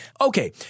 Okay